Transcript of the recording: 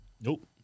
Nope